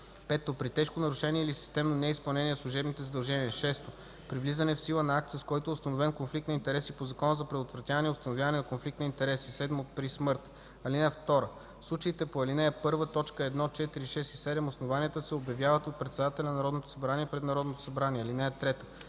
акт; 5. при тежко нарушение или системно неизпълнение на служебните задължения; 6. при влизане в сила на акт, с който е установен конфликт на интереси по Закона за предотвратяване и установяване на конфликт на интереси; 7. при смърт. (2) В случаите по ал. 1, т. 1, 4, 6 и 7 основанията се обявяват от председателя на Народното събрание пред Народното събрание. (3)